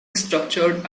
structured